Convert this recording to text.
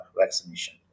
vaccination